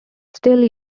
still